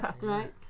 right